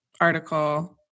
article